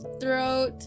throat